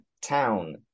Town